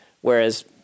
Whereas